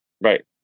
Right